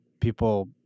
people